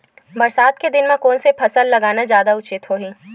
बरसात के दिन म कोन से फसल लगाना जादा उचित होही?